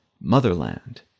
motherland